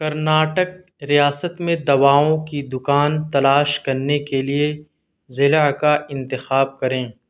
کرناٹک ریاست میں دواؤں کی دکان تلاش کرنے کے لیے ضلع کا انتخاب کریں